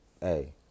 hey